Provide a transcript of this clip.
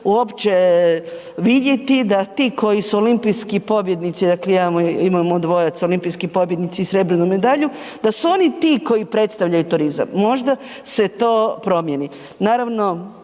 uopće vidjeti da ti koji su olimpijski pobjednici, dakle imamo dvojac olimpijski pobjednici i srebrnu medalju, da su oni ti koji predstavljaju turizam. Možda se to promijeni.